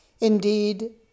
indeed